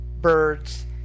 birds